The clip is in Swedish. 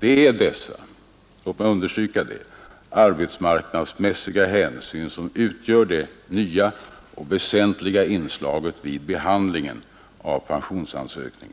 Det är dessa, låt mig understryka det, arbetsmarknadsmässiga hänsyn som utgör det nya och väsentliga inslaget i behandlingen av en pensionsansökan.